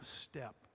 step